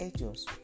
ellos